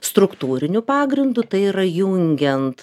struktūriniu pagrindu tai yra jungiant